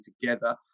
together